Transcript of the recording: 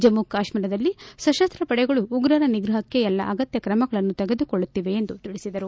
ಜಮ್ಮ ಕಾಶ್ಮೀರದಲ್ಲಿ ಸಶಸ್ತಪಡೆಗಳು ಉಗ್ರರ ನಿಗ್ರಹಕ್ಕೆ ಎಲ್ಲಾ ಅಗತ್ಯ ತ್ರಮಗಳನ್ನು ತೆಗೆದುಕೊಳ್ಳುತ್ತಿವೆ ಎಂದು ತಿಳಿಸಿದರು